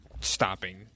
stopping